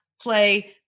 play